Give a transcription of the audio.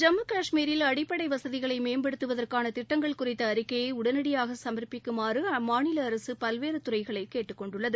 ஜம்மு கஷ்மீரில் அடிப்படை வசதிகளை மேம்படுத்துவதற்கான திட்டங்கள் குறித்த அறிக்கையை உடனடியாக சமா்ப்பிக்குமாறு அம்மாநில அரசு பல்வேறு துறைகளைக் கேட்டுக் கொண்டுள்ளது